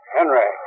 Henry